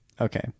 Okay